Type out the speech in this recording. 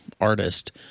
artist